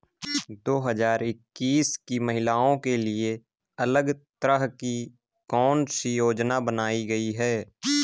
दो हजार इक्कीस में महिलाओं के लिए अलग तरह की कौन सी योजना बनाई गई है?